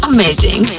Amazing